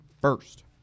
first